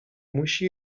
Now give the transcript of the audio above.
musi